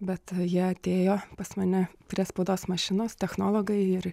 bet jie atėjo pas mane prie spaudos mašinos technologai ir